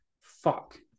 fuck